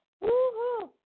Woo-hoo